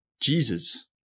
Jesus